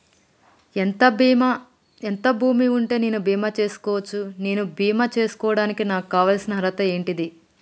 ఎంత భూమి ఉంటే నేను బీమా చేసుకోవచ్చు? నేను బీమా చేసుకోవడానికి నాకు కావాల్సిన అర్హత ఏంటిది?